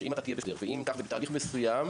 שאם תהיה בסדר ותעבור תהליך מסוים,